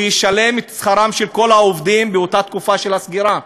הוא ישלם את שכרם של כל העובדים באותה תקופה של הסגירה,